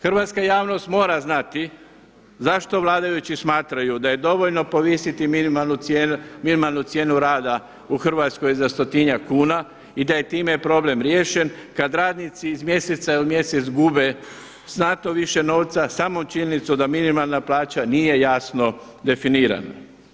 Hrvatska javnost mora znati zašto vladajući smatraju da je dovoljno povisiti minimalnu cijenu rada u Hrvatskoj za stotinjak kuna i da je time problem riješen kad radnici iz mjeseca u mjesec gube znatno više novca samom činjenicom da minimalna plaća nije jasno definirana.